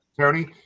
Tony